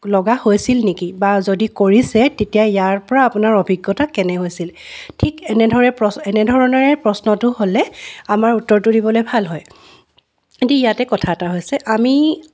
লগা হৈছিল নেকি বা যদি কৰিছে তেতিয়া ইয়াৰপৰা আপোনাৰ অভিজ্ঞতা কেনে হৈছিল ঠিক এনেদৰে এনেধৰণৰে প্ৰশ্নটো হ'লে আমাৰ উত্তৰটো দিবলৈ ভাল হয় কিন্তু ইয়াতে কথা এটা হৈছে আমি